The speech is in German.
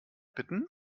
bitten